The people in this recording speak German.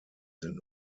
sind